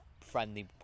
friendly